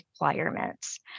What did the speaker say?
requirements